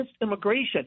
immigration